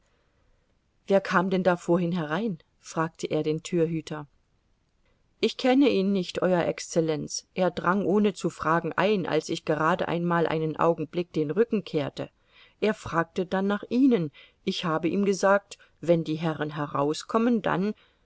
wer kam denn da vorhin herein fragte er den türhüter ich kenne ihn nicht euer exzellenz er drang ohne zu fragen ein als ich gerade einmal einen augenblick den rücken kehrte er fragte dann nach ihnen ich habe ihm gesagt wenn die herren herauskommen dann